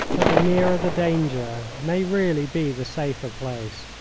that the nearer the danger may really be the safer place,